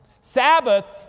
Sabbath